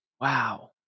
Wow